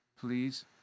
please